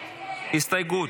הסתייגות